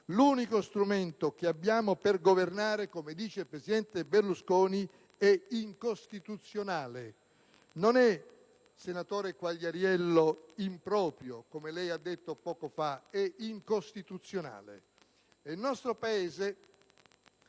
"l'unico strumento che abbiamo per governare", come dice il presidente Berlusconi, è incostituzionale. Non è, senatore Quagliarello, improprio, come lei ha sostenuto poco fa, ma incostituzionale!